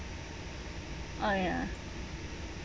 !aiya!